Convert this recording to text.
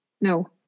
No